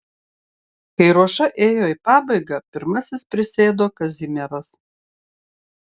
kai ruoša ėjo į pabaigą pirmasis prisėdo kazimieras